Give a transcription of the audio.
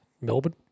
Melbourne